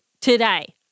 today